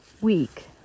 week